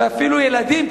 ואפילו ילדים,